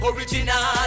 Original